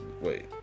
wait